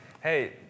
hey